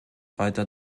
weiter